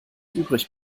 übrig